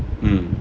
mm